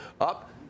up